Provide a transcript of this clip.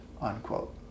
unquote